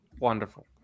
Wonderful